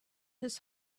his